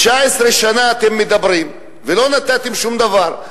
19 שנה אתם מדברים, ולא נתתם שום דבר.